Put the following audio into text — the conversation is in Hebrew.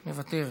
מוותרת,